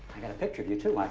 i got a picture of you too, like